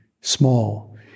small